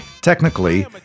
Technically